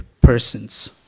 persons